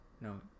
no